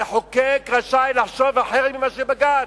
המחוקק רשאי לחשוב אחרת מבג"ץ.